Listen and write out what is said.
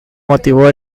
motivó